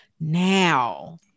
now